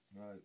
right